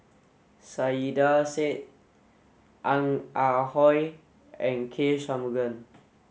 Saiedah Said Ong Ah Hoi and K Shanmugam